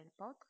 podcast